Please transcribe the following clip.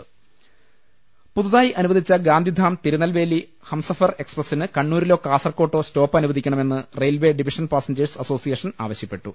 രുട്ടിട്ടിട്ടുക പുതുതായി അനുവദിച്ച ഗാന്ധിധാം തിരുനൽവേലി ഹംസഫർ എക്സ്പ്രസ്സിന് കണ്ണൂരിലോ കാസർക്കോട്ടോ സ്റ്റോപ്പ് അനുവദിക്കണമെന്ന് റെയിൽവെ ഡിവിഷൻ പാസഞ്ചേഴ്സ് അസോസിയേഷൻ ആവശ്യപ്പെട്ടു